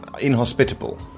inhospitable